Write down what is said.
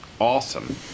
awesome